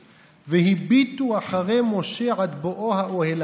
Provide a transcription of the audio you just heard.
"והביטו אחרי משה עד בֹּאו האֹהֱלה"